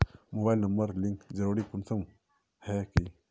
Mobile number link जरुरी कुंसम है की?